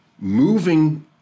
moving